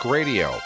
Radio